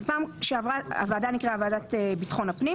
אז פעם שעברה הוועדה נקראה ועדת ביטחון הפנים,